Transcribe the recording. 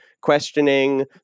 questioning